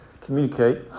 communicate